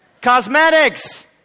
Cosmetics